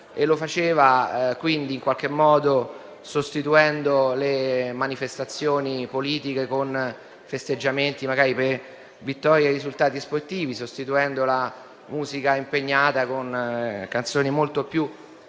Lo faceva sostituendo le manifestazioni politiche con i festeggiamenti magari per la vittoria in eventi sportivi e sostituendo la musica impegnata con canzoni molto più